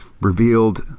revealed